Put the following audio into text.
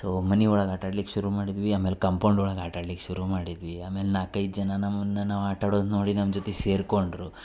so ಮನೆ ಒಳಗೆ ಆಟಾಡ್ಲಿಕ್ಕೆ ಶುರು ಮಾಡಿದ್ವಿ ಆಮೇಲೆ ಕಂಪೌಂಡ್ ಒಳಗೆ ಆಟಾಡ್ಲಿಕ್ಕೆ ಶುರು ಮಾಡಿದ್ವಿ ಆಮೇಲೆ ನಾಲ್ಕೈದು ಜನ ನಮ್ಮನ್ನ ನಾವು ಆಟಾಡೋದು ನೋಡಿ ನಮ್ಮ ಜೊತೆ ಸೇರಿಕೊಂಡ್ರು